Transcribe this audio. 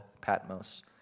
Patmos